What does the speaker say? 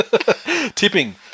Tipping